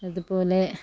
അത്പോലെ